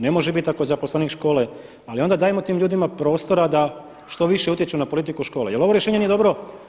Ne može biti ako je zaposlenik škole, ali onda dajmo tim ljudima prostora da što više utječu na politiku škole, jer ovo rješenje nije dobro.